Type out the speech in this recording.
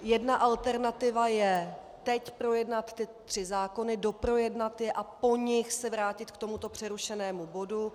Jedna alternativa je teď projednat ty tři zákony, doprojednat je a po nich se vrátit k tomuto přerušenému bodu.